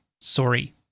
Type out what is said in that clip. sorry